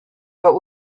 but